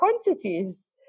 quantities